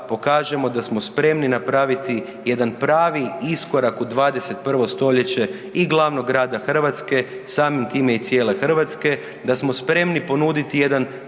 da smo spremni napraviti jedan pravi iskorak u 21. stoljeće i glavnog grada Hrvatske, samim time i cijele Hrvatske, da smo spremni ponuditi jedan